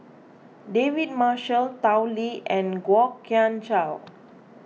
David Marshall Tao Li and Kwok Kian Chow